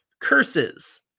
Curses